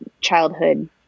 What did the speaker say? childhood